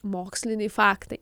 moksliniai faktai